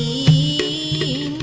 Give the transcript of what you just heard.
e